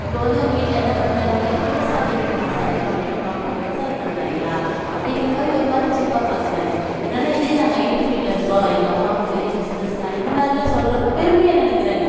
இப்போ வந்து உங்கள் வீட்டில் என்ன பண்ணுறாங்கன்னு கேட்டால் விவசாயந்தான் விவசாயமாக உங்கள் அப்பா அம்மா விவசாயம் பண்ணுறாங்களா அப்படிங்கிற மாதிரி ஒரு மாதிரி சீப்பாக பார்க்கறாங்க என்னென்னா இதே நாங்க ஐடி ஃபீல்டில் இருக்கோம் எங்கள் அப்பா அம்மா பெரிய பிஸ்னஸ் மேன் இந்த மாதிரில்லாம் சொல்கிறப்ப பெருமையாக நினைக்கிறாங்க